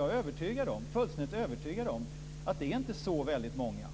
Jag är fullständigt övertygad om att det inte är så väldigt många, att